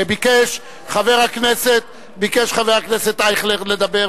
ביקש חבר הכנסת אייכלר לדבר,